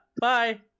bye